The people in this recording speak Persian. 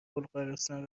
بلغارستان